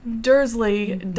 Dursley